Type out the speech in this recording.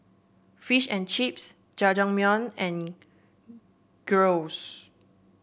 Fish and Chips Jajangmyeon and Gyros